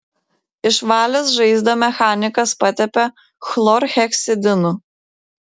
išvalęs žaizdą mechanikas patepė chlorheksidinu